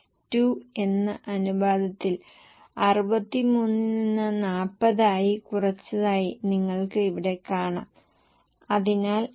ഇപ്പോൾ പ്രവർത്തന ലാഭം എന്നത് വില്പനയിൽ നിന്ന് വിൽപ്പനയുടെ ചെലവ് കുറക്കുന്നതാണ് അതിനാൽ നിങ്ങൾക്ക് 1490 ഉം 1219 ഉം ലഭിക്കുന്നു